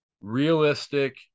realistic